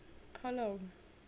how long